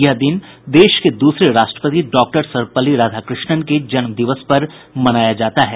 यह दिन देश के दूसरे राष्ट्रपति डॉक्टर सर्वपल्ली राधाकृष्णन के जन्मदिवस पर मनाया जाता है